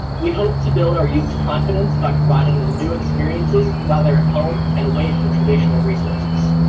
we hope to build our youth confidence by providing them new experiences while they're at home and away from traditional resources.